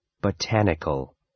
Botanical